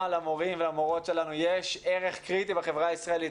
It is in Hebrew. למורים ולמורות שלנו יש ערך קריטי בחברה הישראלית,